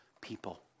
people